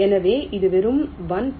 எனவே இது வெறும் 1